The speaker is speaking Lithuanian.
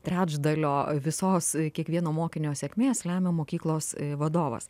trečdalio visos kiekvieno mokinio sėkmės lemia mokyklos vadovas